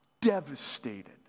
devastated